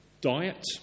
diet